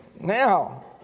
Now